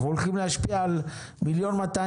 אנחנו הולכים להשפיע על מיליון ו-200